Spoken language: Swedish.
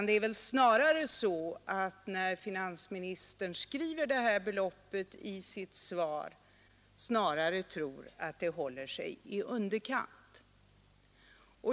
Det är väl snarare så att finansministern, när han skriver det här beloppet i sitt svar, tror att det håller sig i underkant.